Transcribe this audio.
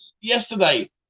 yesterday